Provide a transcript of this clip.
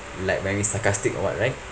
like when we sarcastic or what right